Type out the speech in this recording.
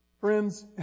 friends